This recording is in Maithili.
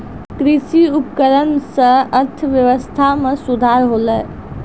कृषि उपकरण सें अर्थव्यवस्था में सुधार होलय